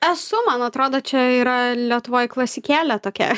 esu man atrodo čia yra lietuvoj klasikėlė tokia